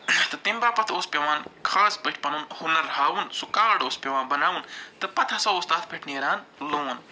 تہٕ تَمہِ باپَتھ اوس پٮ۪وان خاص پٲٹھۍ پَنُن ہُنَر ہاوُن سُہ کارڈ اوس پٮ۪وان بناوُن تہٕ پتہٕ ہسا اوس تَتھ پٮ۪ٹھ نیران لون